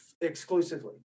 exclusively